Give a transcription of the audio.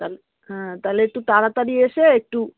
তাহলে হ্যাঁ তাহলে একটু তাড়াতাড়ি এসে একটু